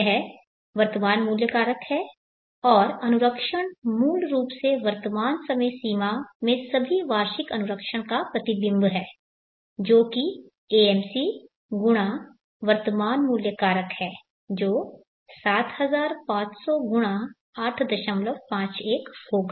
यह वर्तमान मूल्य कारक है और अनुरक्षण मूल रूप से वर्तमान समय सीमा में सभी वार्षिक अनुरक्षण का प्रतिबिंब है जो कि AMC गुणा वर्तमान मूल्य कारक है जो 7500 × 851 होगा